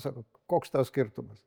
sako koks tau skirtumas